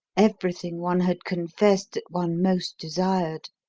everything one had confessed that one most desired?